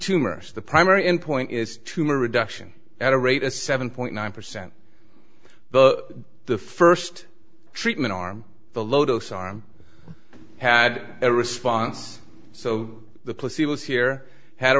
tumors the primary endpoint is tumor reduction at a rate a seven point nine percent but the first treatment arm the low dose arm had a response so the placebo here had